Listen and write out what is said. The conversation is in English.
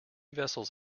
vessels